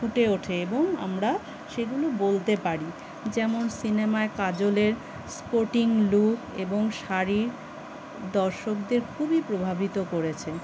ফুটে ওঠে এবং আমরা সেগুলো বলতে পারি যেমন সিনেমায় কাজলের স্পোর্টিং লুক এবং শাড়ি দর্শকদের খুবই প্রভাবিত করেছে